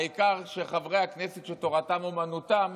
העיקר שחברי הכנסת שתורתם אומנותם